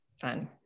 fun